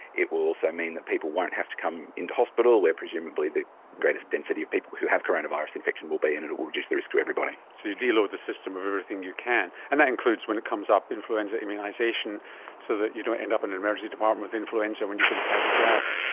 it will also mean that people won't have to do come into hospital where presumably the greatest density of people who have coronavirus infection will be and it it will reduce the risk to everybody. so you de-load the system of everything you can, and that includes when it comes up, influenza immunisation so that you don't end up in an emergency department with influenza when you could have had the jab.